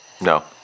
No